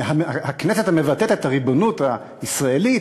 הכנסת המבטאת את הריבונות הישראלית,